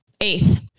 eighth